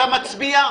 אתה מצביע?